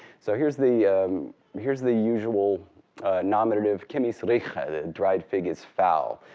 so here's the here's the usual nominative, kemis rikha, the dried fig is foul.